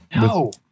No